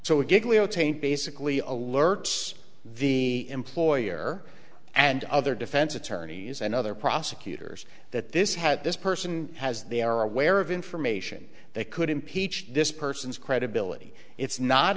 taint basically alerts the employer and other defense attorney is another prosecutors that this had this person has they are aware of information that could impeach this person's credibility it's not